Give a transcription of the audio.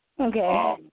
Okay